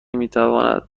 میتواند